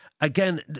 Again